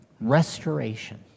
restoration